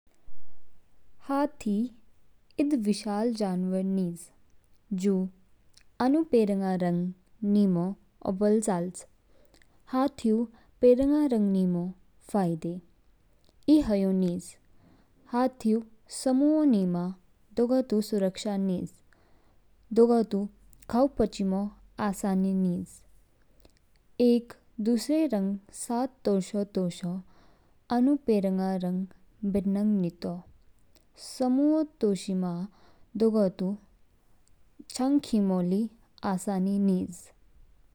हाथी ईद विशाल जानवर निज। जु आनु पेरंग रंग निमो औबल चालज। हातियू पेरांगा रंग नीमो फायदे। ईद ह्यू निज हातियू समहुओ नीमा दोगोतु सुरक्षा निज। दोगोतु खाऊ पोचिमो आसानी निज। एक दूसरे रंग साथ तोशो तोशो आनू पेरांग रंग बेनग नीतो। सम्हुओ तोशिमा दोगो तू छंग खीमो ली आसानी निज।